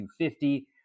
250